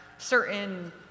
certain